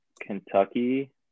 Kentucky